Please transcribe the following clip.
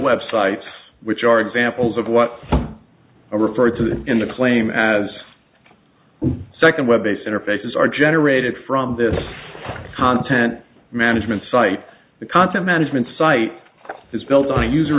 web sites which are examples of what are referred to in the claim as second web based interfaces are generated from this content management site the content management site is built on a user